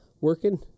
working